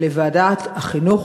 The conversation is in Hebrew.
לוועדת החינוך,